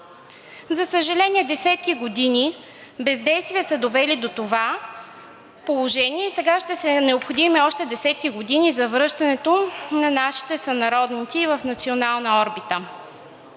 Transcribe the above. За съжаление, десетки години бездействие са довели до това положение и сега ще са необходими още десетки години за връщането на нашите сънародници в национална орбита.